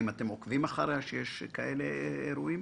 האם אתם עוקבים אם יש כאלה אירועים?